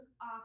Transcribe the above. off